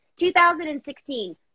2016